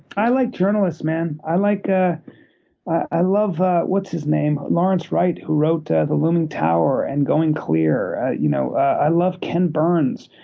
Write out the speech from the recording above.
i like journalists, man. i like ah i love what's his name lawrence wright, who wrote ah the looming tower and going clear. you know i love ken burns,